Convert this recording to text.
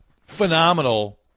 phenomenal